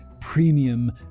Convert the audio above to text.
premium